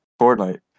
Fortnite